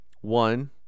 One